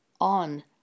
on